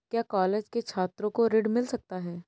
क्या कॉलेज के छात्रो को ऋण मिल सकता है?